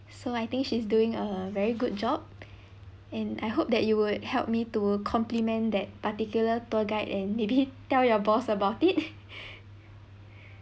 so I think she's doing a very good job and I hope that you would help me to compliment that particular tour guide and maybe tell your boss about it